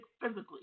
physically